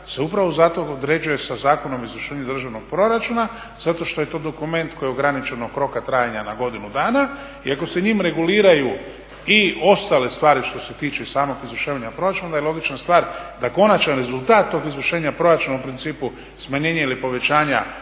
se upravo zato određuje sa Zakonom o izvršenju državnog proračuna, zato što je to dokument koji je ograničenog roka trajanja na godinu dana i ako se njime reguliraju i ostale stvari što se tiče i samog izvršavanja proračuna onda je logična stvar da konačan rezultat tog izvršenja proračuna u principu smanjenje ili povećanje